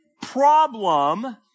problem